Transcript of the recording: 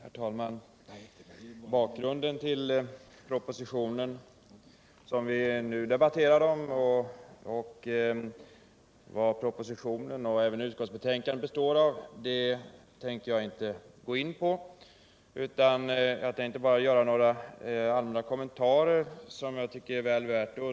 Herr talman! Bakgrunden till den proposition som vi nu debatterar och innehållet i propositionen och i utskottsbetänkandet tänker jag inte gå in på. Jag avser bara göra några allmänna kommentarer.